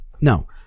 no